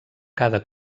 cada